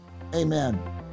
amen